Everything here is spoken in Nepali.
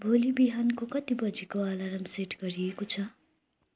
भोलि बिहानको कति बजीको आलाराम सेट गरिएको छ